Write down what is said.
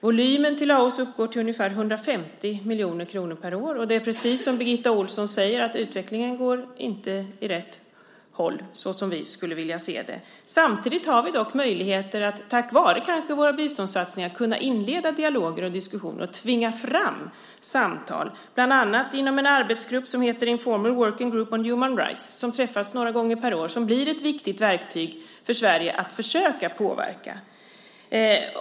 Volymen till Laos uppgår till ungefär 150 miljoner kronor per år. Det är precis som Birgitta Ohlsson säger. Utvecklingen går inte åt rätt håll och såsom vi skulle vilja se den. Samtidigt har vi dock möjligheter att kanske tack vare våra biståndssatsningar inleda dialoger och diskussioner och tvinga fram samtal, bland annat inom en arbetsgrupp som heter Informal Working Group on Human Rights. Den träffas några gånger per år och blir ett viktigt verktyg för Sverige att försöka påverka.